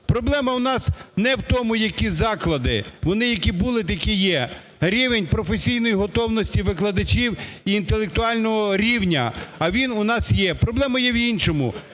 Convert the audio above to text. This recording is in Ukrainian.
Проблема у нас не в тому, які заклади, вони які були так і є, рівень професійної готовності викладачів інтелектуального рівня, а він у нас є. Проблема є в іншому.